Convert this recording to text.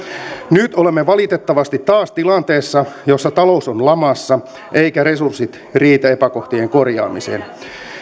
nyt olemme valitettavasti taas tilanteessa jossa talous on lamassa eivätkä resurssit riitä epäkohtien korjaamiseen